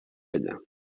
vella